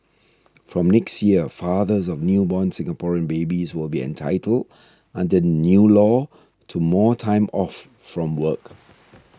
from next year fathers of newborn Singaporean babies will be entitled under the new law to more time off from work